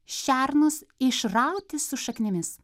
šernus išrauti su šaknimis